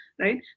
right